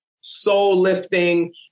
soul-lifting